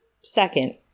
second